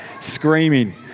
screaming